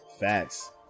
Facts